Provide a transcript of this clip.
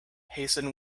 hasten